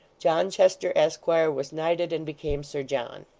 john chester, esquire, was knighted and became sir john.